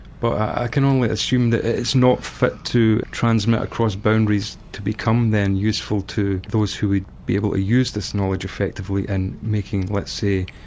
but i can only assume that it's not fit to transmit across boundaries to become then useful to those who would be able to use this knowledge effectively and making, let's say,